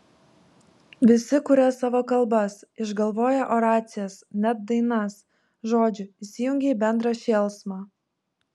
visi kuria savo kalbas išgalvoję oracijas net dainas žodžiu įsijungia į bendrą šėlsmą